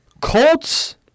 Colts